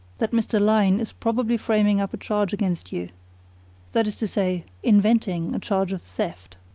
that mr. lyne is probably framing up a charge against you that is to say, inventing a charge of theft.